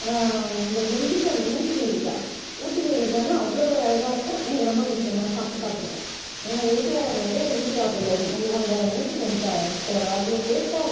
இந்த நெல்லிக்காய் ஊட்டி நெல்லிக்காய் ஊட்டி நெல்லிக்காய்னா அவ்வளோ ஒரு அழகாகருக்கும் எனக்கு ரொம்ப பிடிக்கும் நான் சாப்பிட்டு பார்த்துருக்கேன் எங்கள் வீட்டுக்காரர் வந்து ஊட்டி ஆப்பிள் வந் அந்த ஊட்டி நெல்லிக்காய் எடுத்துகிட்டு வருவார் அது ஒரு டேஸ்ட்டாகருக்கும்